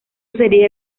sería